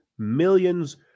millions